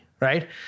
right